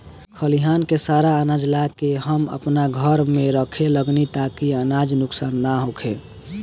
खलिहान से सारा आनाज ला के हम आपना घर में रखे लगनी ताकि अनाज नुक्सान ना होखे